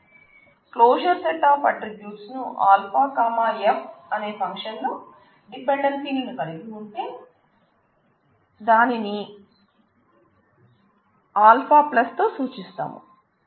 closure set of attributes ను αF అనే functional dependency లను కలిగి ఉంటే ఆనిని α తో సూచిస్తాం